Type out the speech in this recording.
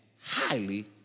highly